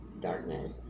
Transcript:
darkness